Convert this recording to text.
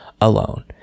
alone